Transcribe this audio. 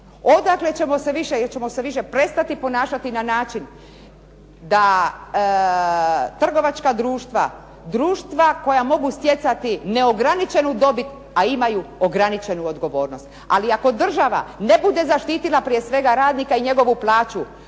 jel ćemo se više prestati ponašati na način da trgovačka društva, društva koja mogu stjecati neograničenu dobit, a imaju ograničenu odgovornost. Ali ako država ne bude zaštitila prije svega radnika i njegovu plaću